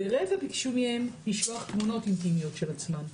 ורבע ביקשו מהם לשלוח תמונות אינטימיות של עצמם.